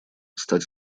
стать